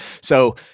So-